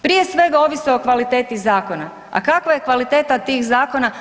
Prije svega ovise o kvaliteti zakona, a kakva je kvaliteta tih zakona?